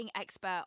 expert